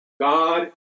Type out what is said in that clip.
God